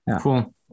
Cool